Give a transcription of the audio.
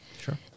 Sure